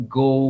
go